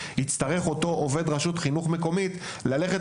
אותו עובד רשות חינוך מקומית לא יצטרך ללכת